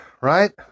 right